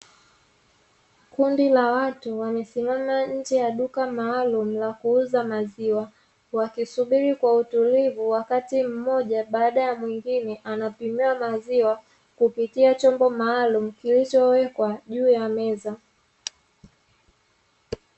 Kundi la watu wamesimama nje ya duka maalumu la kuuza maziwa, wakisubiri kwa utulivu wakati mmoja baada ya mwingine anapimiwa maziwa kupitia chombo maalumu kilichowekwa juu ya meza.